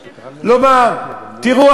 לומר: תראו,